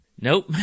nope